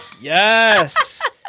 Yes